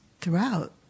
throughout